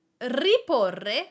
riporre